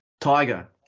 Tiger